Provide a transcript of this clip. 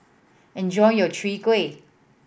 enjoy your Chwee Kueh